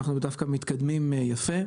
אנחנו דווקא מתקדמים יפה,